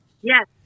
Yes